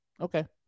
Okay